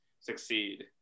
succeed